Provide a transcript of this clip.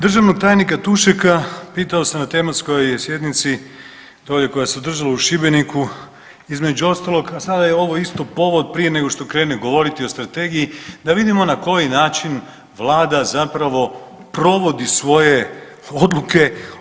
Državnog tajnika Tušeka pitao sam na tematskoj sjednici dolje koja se održala u Šibeniku između ostalog, a sada je ovo isto povod prije nego što krenem govoriti o strategiji da vidimo na koji način Vlada zapravo provodi svoje odluke.